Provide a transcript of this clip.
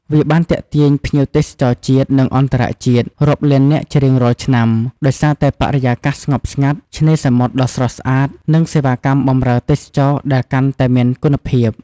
វាបានទាក់ទាញភ្ញៀវទេសចរជាតិ និងអន្តរជាតិរាប់លាននាក់ជារៀងរាល់ឆ្នាំ ដោយសារតែបរិយាកាសស្ងប់ស្ងាត់ ឆ្នេរសមុទ្រដ៏ស្រស់ស្អាត និងសេវាកម្មបម្រើទេសចរដែលកាន់តែមានគុណភាព។